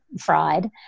fried